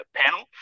panel